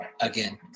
again